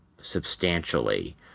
substantially